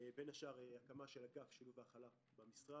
בין השאר בהקמה של אגף שילוב והכלה במשרד,